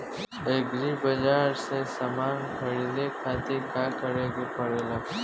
Agri Bazaar से समान ख़रीदे खातिर का करे के पड़ेला?